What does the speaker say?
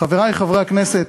חברי חברי הכנסת,